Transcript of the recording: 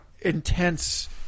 intense